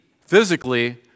physically